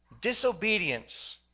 disobedience